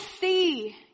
see